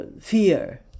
fear